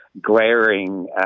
glaring